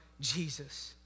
Jesus